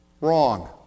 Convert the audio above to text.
wrong